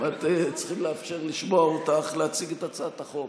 צריכים לאפשר לשמוע אותך ולאפשר להציג את הצעת החוק.